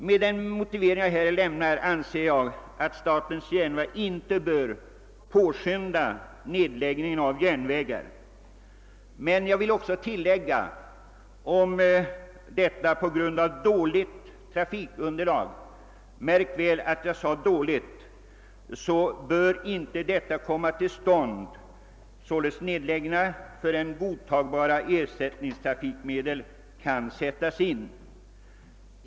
Med den motivering jag här lämnat anser jag att statens järnvägar inte bör påskynda nedläggningen av olika banor. Om en nedläggning ändå måste ske på grund av dåligt trafikunderlag — märk väl att jag sade dåligt — bör den inte komma till stånd förrän godtagbara ersättningstrafikmedel kan sättas in.